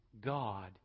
God